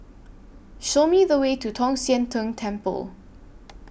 Show Me The Way to Tong Sian Tng Temple